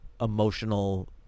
emotional